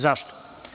Zašto?